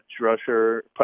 rusher